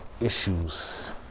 issues